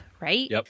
right